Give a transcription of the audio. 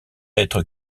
être